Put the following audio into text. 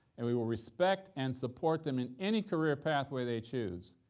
and we will respect and support them in any career pathway they choose,